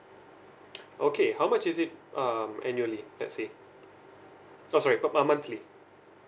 okay how much is it um annually let's say oh sorry uh monthly